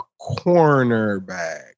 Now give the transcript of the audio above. cornerback